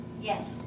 Yes